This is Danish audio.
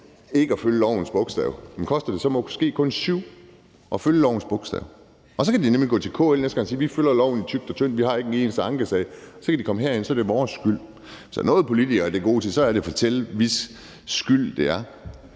ikke at følge lovens bogstav, koster det så måske kun 7 mio. kr. at følge lovens bogstav? Og så kan de nemlig gå til KL næste gang og sige: Vi følger loven i tykt og tyndt, og vi har ikke en eneste ankesag. Og så kan de komme herind og lade det være vores skyld. Hvis der er noget, politikere er gode til, så er det at fortælle, hvis skyld det er.